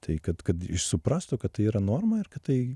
tai kad kad suprastų kad tai yra norma ir kad tai